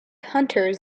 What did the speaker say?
hunters